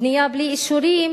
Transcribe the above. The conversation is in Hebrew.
בנייה בלי אישורים,